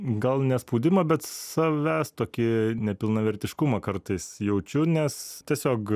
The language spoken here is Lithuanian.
gal ne spaudimą bet savęs tokį nepilnavertiškumą kartais jaučiu nes tiesiog